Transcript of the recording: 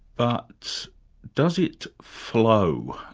but does it flow?